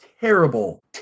Terrible